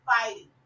fighting